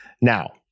Now